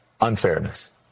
unfairness